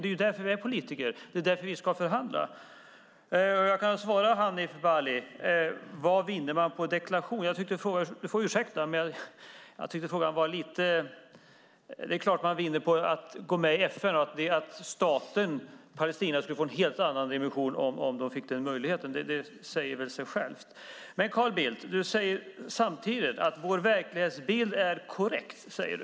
Det är därför vi är politiker, och det är därför vi ska förhandla. Jag kan svara Hanif Bali. Vad vinner man på en deklaration? Det är klart att man vinner på att gå med i FN. Staten Palestina skulle få en helt annan dimension om de fick den möjligheten. Det säger väl sig självt? Carl Bildt säger att vår verklighetsbild är korrekt.